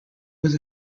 was